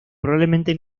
probablemente